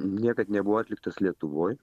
niekad nebuvo atliktas lietuvoj